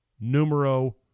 Numero